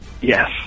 Yes